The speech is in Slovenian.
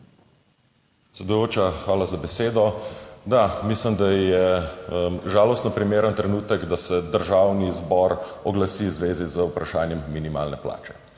Predsedujoča, hvala za besedo. Da, mislim, da je žalostno primeren trenutek, da se državni zbor oglasi v zvezi z vprašanjem minimalne plače.